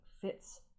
fits